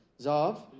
Zav